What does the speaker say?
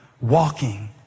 walking